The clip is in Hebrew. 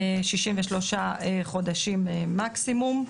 63 חודשים מקסימום.